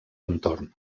entorn